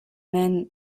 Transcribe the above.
men